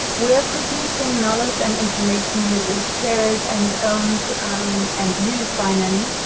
we're producing knowledge and information which is shared and owned um and used by many,